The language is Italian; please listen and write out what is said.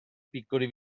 piccoli